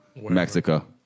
Mexico